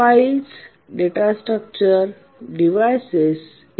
files data structures devices e